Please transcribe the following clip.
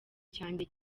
cyanjye